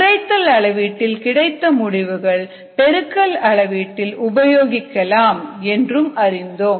குறைத்தல் அளவீட்டில் கிடைத்த முடிவுகள் பெருக்கல் அளவீட்டில் உபயோகிக்கலாம் என்று அறிந்தோம்